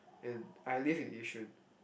and I live in Yishun